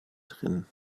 drin